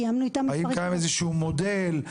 האם קיים איזשהו מודל?